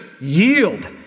yield